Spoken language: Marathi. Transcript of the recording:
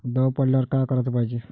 दव पडल्यावर का कराच पायजे?